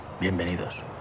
Bienvenidos